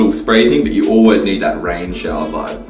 um spray thing. but you always need that rain shower vibe.